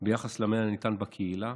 ביחס למענה הניתן בקהילה.